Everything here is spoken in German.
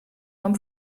form